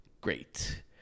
Great